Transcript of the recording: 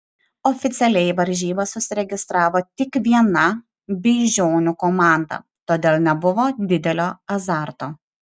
oficialiai į varžybas užsiregistravo tik viena beižionių komanda todėl nebuvo didelio azarto